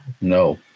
No